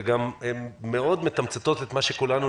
וגם הן מאוד מתמצתות את מה שכולנו,